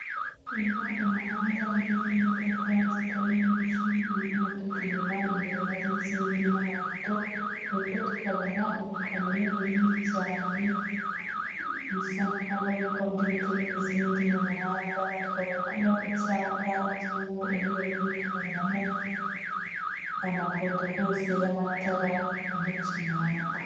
Umuhanda urimo imodoka zitari nyinshi iy'umutuku inyuma, imbere hari izindi n'amamoto hepfo tukabona urukamyo runini cyane bisa nk'aho ari rwarundi ruterura izindi, mu muhanda tukabonamo icyapa kiriho umweru tukabonamo amapoto rwose y'amatara amurikira umuhanda.